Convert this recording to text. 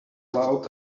loud